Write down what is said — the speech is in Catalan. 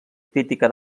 crítica